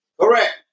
Correct